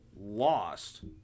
lost